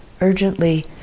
urgently